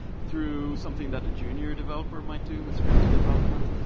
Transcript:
through something that a junior developer might do with scripted development.